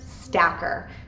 stacker